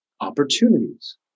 opportunities